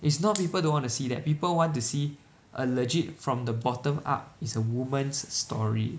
it's not people don't wanna see that people want to see a legit from the bottom up is a woman's story